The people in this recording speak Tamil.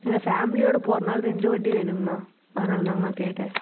எங்கள் ஃபேமிலியோட போகறனால ரெண்டு வண்டி வேணுங்கண்ணா அதனாலதாங்கண்ணா கேட்டேன்